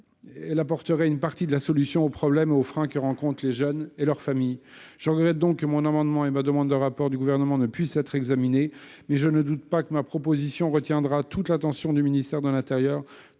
Elle apporterait une partie de la solution aux problèmes et aux freins que rencontrent les jeunes et leurs familles. Je regrette donc que mon amendement et ma demande d'un rapport gouvernemental ne puissent pas être examinés, mais je ne doute pas que ma proposition retiendra toute l'attention du ministère de l'intérieur,